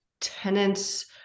tenants